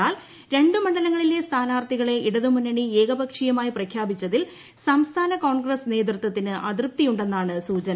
എന്നാൽ ര ് മണ്ഡലങ്ങളിലെ സ്മിനീാർത്ഥികളെ ഇടതുമുന്നണി ഏപക്ഷീയമായി പ്രഖ്യാപ്പിച്ചുതിൽ സംസ്ഥാന കോൺഗ്രസ് നേതൃത്വത്തിന് അതൃപ്തിയുട് ന്നാണ് സൂചന